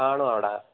കാണുമോ അവിടെ